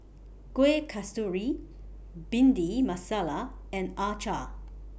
Kueh Kasturi Bhindi Masala and Acar